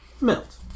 melt